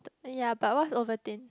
ya but what's Ovaltine